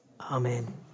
Amen